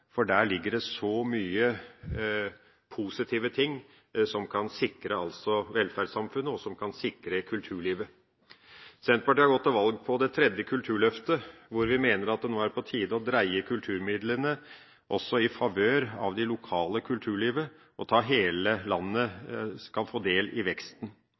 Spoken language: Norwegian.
for der er det så mye positivt som kan sikre velferdssamfunnet og sikre kulturlivet. Senterpartiet har gått til valg på en tredje del av Kulturløftet, hvor vi mener at det nå er på tide å dreie kulturmidlene også i favør av det lokale kulturlivet, og at hele landet skal få del i veksten.